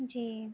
جی